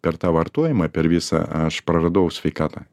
per tą vartojimą per visą aš praradau sveikatą